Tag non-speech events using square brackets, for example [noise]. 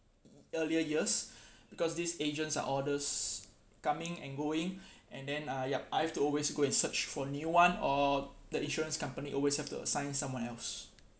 earlier years [breath] because these agents are orders coming and going [breath] and then uh yup I have to always go search for new one or the insurance company always have to assign someone else